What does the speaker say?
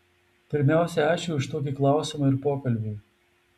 pirmiausia ačiū už tokį klausimą ir pokalbį